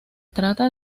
trata